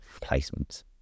placements